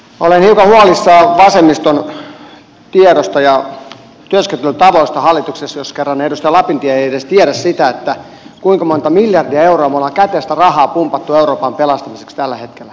olen hiukan huolissani vasemmiston tiedoista ja työskentelytavoista hallituksessa jos kerran edustaja lapintie ei tiedä edes sitä kuinka monta miljardia euroa me olemme käteistä rahaa pumpanneet euroopan pelastamiseksi tällä hetkellä